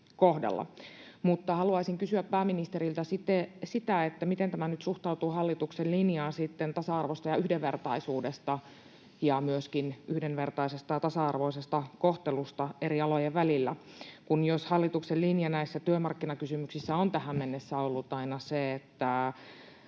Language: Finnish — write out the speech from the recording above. Haluaisin kysyä pääministeriltä: Miten tämä nyt suhtautuu hallituksen linjaan sitten tasa-arvosta ja yhdenvertaisuudesta ja myöskin yhdenvertaisesta ja tasa-arvoisesta kohtelusta eri alojen välillä? Jos hallituksen linja näissä työmarkkinakysymyksissä on tähän mennessä ollut aina se, että